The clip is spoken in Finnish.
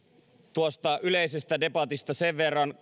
tuosta yleisestä debatista sen verran